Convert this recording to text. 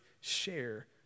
share